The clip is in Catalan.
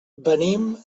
venim